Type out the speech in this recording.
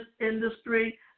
industry